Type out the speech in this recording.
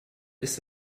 ist